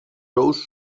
ous